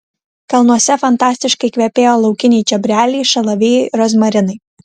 kalnuose fantastiškai kvepėjo laukiniai čiobreliai šalavijai rozmarinai